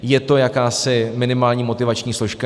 Je to jakási minimální motivační složka.